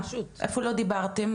איפה לא דיברתם?